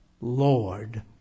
Lord